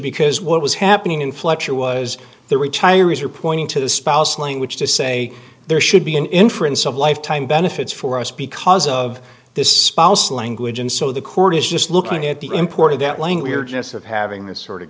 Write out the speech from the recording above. because what was happening in fletcher was the retirees are pointing to the spouse language to say there should be an inference of lifetime benefits for us because of this spouse language and so the court is just looking at the import of that language or just of having this sort of